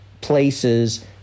places